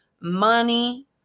money